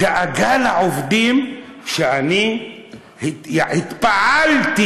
דאגה לעובדים, שאני התפעלתי,